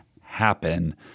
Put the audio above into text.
happen